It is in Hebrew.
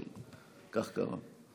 אבל כך קרה.